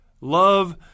Love